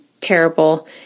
terrible